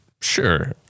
Sure